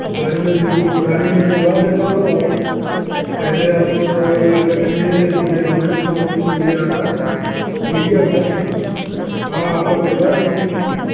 तो गाड़ी मैं भिज गाड़ी मैं भिजवा देता हूँ पहले आप ऐसा करिये हमें हमारे समझ में ये आ रहा चिड़ियाघर चलिए वहां आपका परिवार भी है